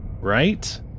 right